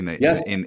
Yes